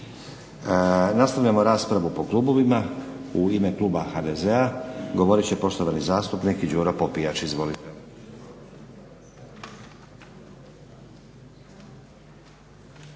Nastavljamo raspravu po klubovima. U ime kluba HDZ-a govorit će poštovani zastupnik Đuro Popijač.